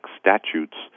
statutes